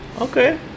Okay